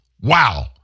wow